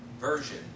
version